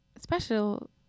special